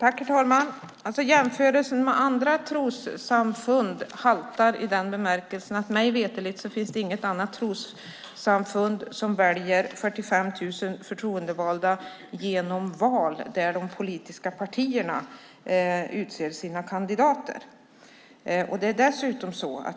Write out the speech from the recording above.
Herr talman! Jämförelsen med andra trossamfund haltar i den bemärkelsen att det mig veterligt inte finns något annat trossamfund som väljer 45 000 förtroendevalda genom val där de politiska partierna utser sina kandidater.